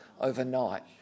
overnight